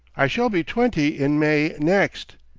i shall be twenty in may next.